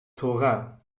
thora